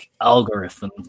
algorithm